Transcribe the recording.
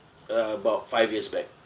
about five years back